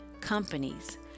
companies